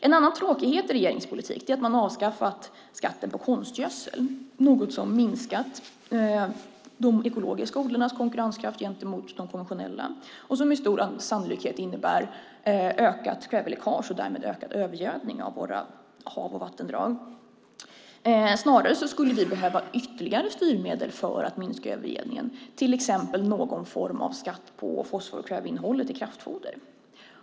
En annan tråkighet i regeringens politik är att man har avskaffat skatten på konstgödsel, något som minskat de ekologiska odlarnas konkurrenskraft gentemot de konventionella odlarna och som med stor sannolikhet innebär ett ökat kväveläckage och därmed en ökad övergödning av våra hav och vattendrag. Snarare skulle vi behöva ytterligare styrmedel för att minska övergödningen, till exempel någon form av skatt på fosfor och kväveinnehållet i kraftfoder.